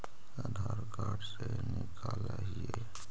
आधार card से निकाल हिऐ?